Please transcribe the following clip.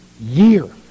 year